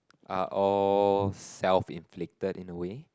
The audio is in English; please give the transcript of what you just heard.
are all self inflicted in a way